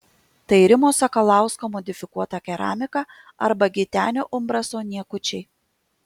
tai rimo sakalausko modifikuota keramika arba gitenio umbraso niekučiai